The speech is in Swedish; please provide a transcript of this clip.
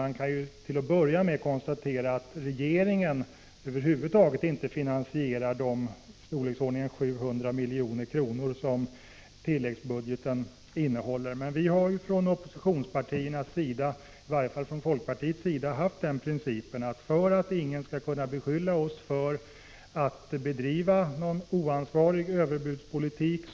Man kan till att börja med konstatera att regeringen över huvud taget inte finansierar de 700 milj.kr. som tilläggsbudgeten innehåller. Från oppositionspartiernas sida, i varje fall från folkpartiets sida, har vi haft den principen att vi, för att ingen skall kunna beskylla oss för att bedriva en oansvarig överbudspolitik,